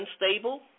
unstable